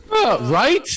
Right